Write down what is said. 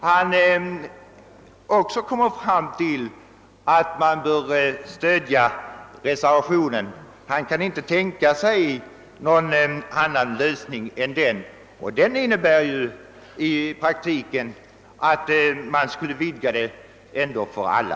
Han kom emellertid fram till att man bör stödja reservationen — han kan inte tänka sig någon annan lösning — och det innebär i praktiken att rösträtten vidgas till alla.